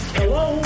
Hello